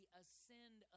ascend